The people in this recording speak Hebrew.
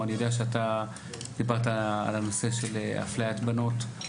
אני יודע שאתה דיברת על הנושא של אפליית בנות,